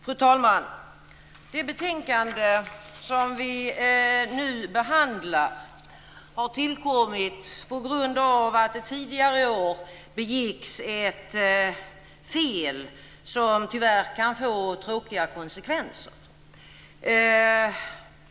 Fru talman! Det betänkande som vi nu behandlar har tillkommit på grund av att det tidigare år begicks ett fel som tyvärr kan få tråkiga konsekvenser.